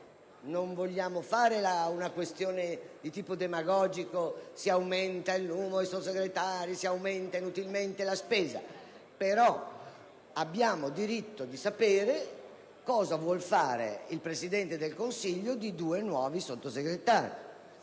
Non vogliamo sollevare una questione di tipo demagogico, sostenendo che aumentando il numero dei Sottosegretari si aumenta inutilmente la spesa, ma abbiamo il diritto di sapere cosa vuol fare il Presidente del Consiglio di due nuovi Sottosegretari.